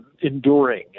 enduring